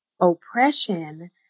oppression